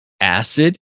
acid